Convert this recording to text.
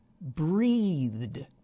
breathed